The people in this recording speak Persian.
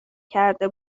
کرده